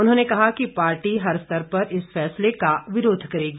उन्होंने कहा कि पार्टी हर स्तर पर इस फैसले का विरोध करेगी